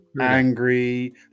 angry